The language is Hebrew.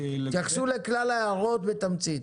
תתייחסו לכלל ההערות בתמצית.